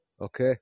okay